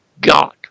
God